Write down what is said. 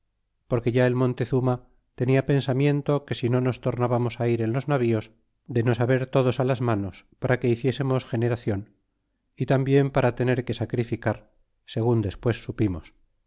porque ya el montezuma tenia pensamiento que si no nos tornábamos ir en los navíos de nos haber todos las manos para que hiciésemos generacion y tambien para tener que sacrificar segun despues supimos